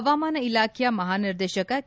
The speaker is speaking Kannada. ಹವಾಮಾನ ಇಲಾಖೆಯ ಮಹಾನಿರ್ದೇಶಕ ಕೆ